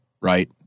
Right